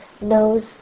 knows